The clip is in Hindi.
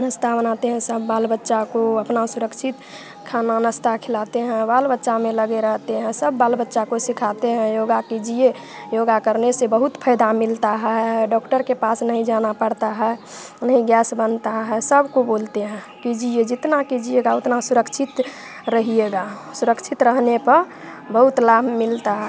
नस्ता बनाते हैं सब बाल बच्चा को अपना सुरक्षित खाना नस्ता खिलाते हैं बाल बच्चा में लगे रहते हैं सब बाल बच्चा को सिखाते हैं योगा कीजिए योगा करने से बहुत फयदा मिलता है डॉक्टर के पास नहीं जाना पड़ता है न ही गैस बनता है सबको बोलते हैं कीजिए जितना कीजिएगा उतना सुरक्षित रहिएगा सुरक्षित रहने पर बहुत लाभ मिलता है